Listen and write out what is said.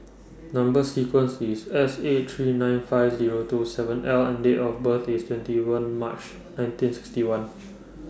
Number sequence IS S eight three nine five Zero two seven L and Date of birth IS twenty one March nineteen sixty one